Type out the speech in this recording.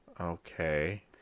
Okay